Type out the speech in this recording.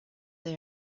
they